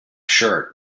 shirt